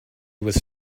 was